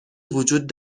وجود